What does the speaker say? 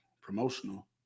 promotional